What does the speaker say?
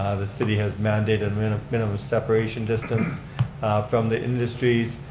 ah the city has mandated minimum minimum separation distance from the industries,